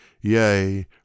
Yea